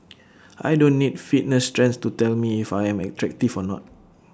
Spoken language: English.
I don't need fitness trends to tell me if I am attractive or not